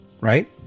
Right